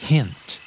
Hint